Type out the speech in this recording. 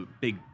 big